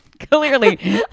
clearly